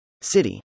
city